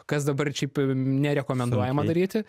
kas dabar šiaip nerekomenduojama daryti